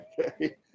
Okay